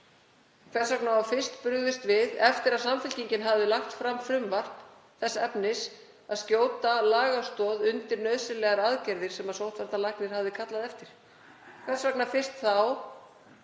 Hvers vegna var fyrst brugðist við eftir að Samfylkingin hafði lagt fram frumvarp þess efnis að skjóta lagastoð undir nauðsynlegar aðgerðir sem sóttvarnalæknir hafði kallað eftir? Hvers vegna var það